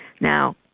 Now